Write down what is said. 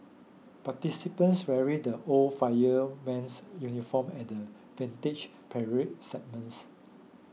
participants wearing the old fireman's uniform at the Vintage Parade segments